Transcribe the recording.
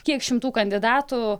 kiek šimtų kandidatų